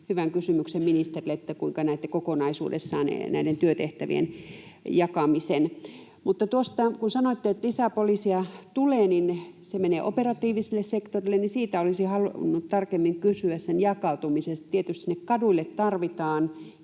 hyvän kysymyksen ministerille siitä, kuinka näette kokonaisuudessaan näiden työtehtävien jakamisen. Mutta kun sanoitte, että lisää poliiseja tulee ja se menee operatiiviselle sektorille, niin olisin halunnut tarkemmin kysyä sen jakautumisesta. Tietysti sinne kaduille tarvitaan